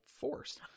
force